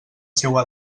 seua